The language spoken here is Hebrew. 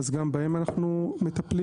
גם בהם אנו מקבלים.